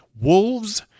wolves